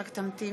אינו נוכח